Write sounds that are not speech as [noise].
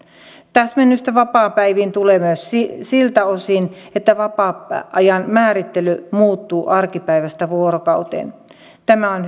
täsmennystä vapaapäiviin tulee myös siltä osin että vapaa ajan määrittely muuttuu arkipäivästä vuorokauteen tämä on [unintelligible]